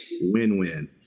win-win